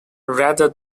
rather